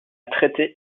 traiter